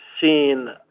seen